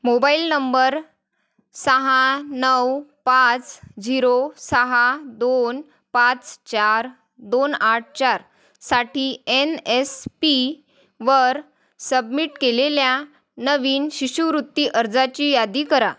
mobile number सहा नऊ पाच झिरो सहा दोन पाच चार दोन आठ चार साठी एन एस पी वर सबमिट केलेल्या नवीन शिष्यवृत्ती अर्जाची यादी करा